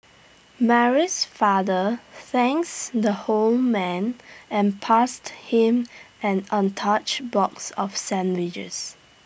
Mary's father thanks the whole man and passed him an untouched box of sandwiches